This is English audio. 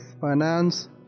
finance